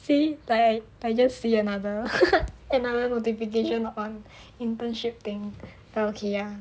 see I just see another another notification on internship thing okay ah